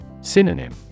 Synonym